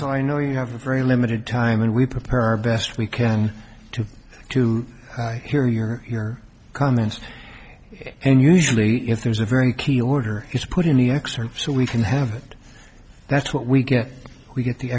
counsel i know you have a very limited time and we prepare our best we can to to hear your comments and usually if there's a very key order it's put in the excerpt so we can have it that's what we get we get the